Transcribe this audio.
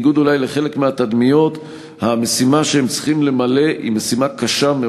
אין ספק שהצעת החוק הזו היא הצעה חיובית.